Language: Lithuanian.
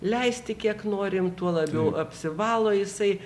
leisti kiek norim tuo labiau apsivalo jisai